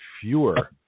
fewer